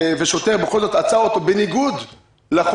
ושוטר בכל זאת עצר אותו בניגוד לחוק,